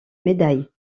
médailles